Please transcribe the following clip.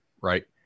right